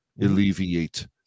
alleviate